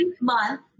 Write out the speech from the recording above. month